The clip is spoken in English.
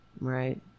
Right